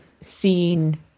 seen